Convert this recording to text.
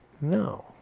No